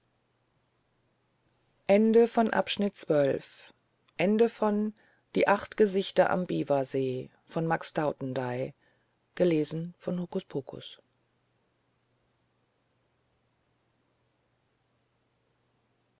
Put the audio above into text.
die acht gesichter am biwasee